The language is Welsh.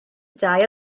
dau